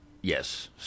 Yes